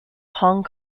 hong